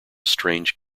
strange